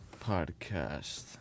Podcast